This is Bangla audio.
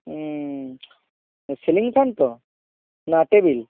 সিলিং ফ্যান তো না টেবিল